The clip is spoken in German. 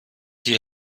die